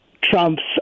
trumps